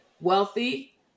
wealthy